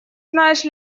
знаешь